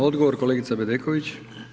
Odgovor kolegica Bedeković.